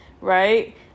right